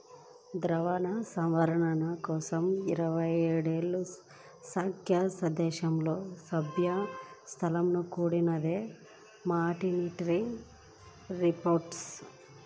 ద్రవ్య సంస్కరణల కోసం ఇరవై ఏడు సభ్యదేశాలలో, సభ్య సంస్థలతో కూడినదే మానిటరీ రిఫార్మ్